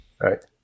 right